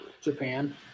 Japan